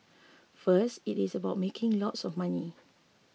first it is about making lots of money